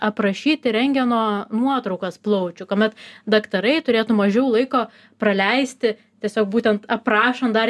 aprašyti rentgeno nuotraukas plaučių kuomet daktarai turėtų mažiau laiko praleisti tiesiog būtent aprašant dar